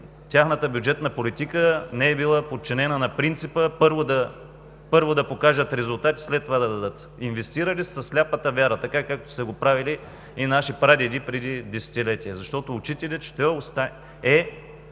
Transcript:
тяхната бюджетна политика не е била подчинена на принципа първо да покажат резултати, след това да дадат. Инвестирали са със сляпата вяра така, както са го правили и нашите прадеди преди десетилетия, защото учителят е